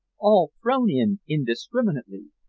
all thrown in indiscriminately.